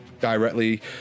directly